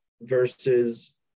versus